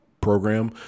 program